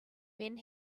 when